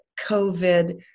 COVID